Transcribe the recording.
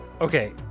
okay